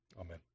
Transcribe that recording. Amen